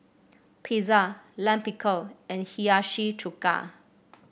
Pizza Lime Pickle and Hiyashi Chuka